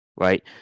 Right